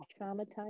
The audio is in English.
Traumatized